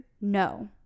no